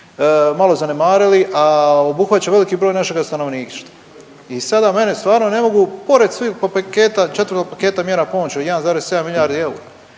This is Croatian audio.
malo zanemarili, a obuhvaća veliki broj našega stanovništva. I sada mene stvarno ne mogu pored svih anketa, četiri paketa mjera pomoći od 1,7 milijardi eura